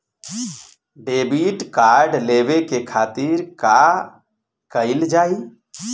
Debit card लेवे के खातिर का कइल जाइ?